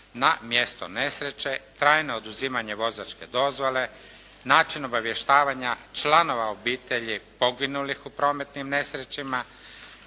na mjesto nesreće, trajno oduzimanje vozačke dozvole, način obavještavanja članova obitelji poginulih u prometnim nesrećama,